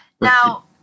Now